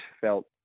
felt